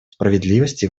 справедливости